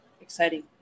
exciting